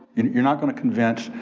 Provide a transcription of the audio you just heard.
you're not gonna convince,